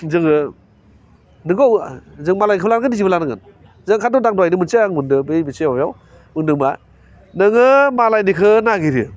जोङो नोंगौ ओह जों मालायनिखौबो लानांगोन निजिनिबो लानांगोन जोङो ओंखायनोथ' होनदां दहायनो मोनसे आं मोनदों बै मोनसे माबायाव होनदों मा नोङो मालायनिखौ नागिरो